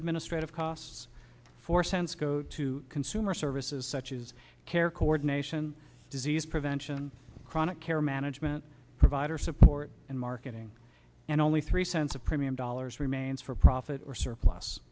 administrative costs four cents goes to consumer services such as care coordination disease prevention chronic care management provider support and marketing and only three cents of premium dollars remains for profit or surplus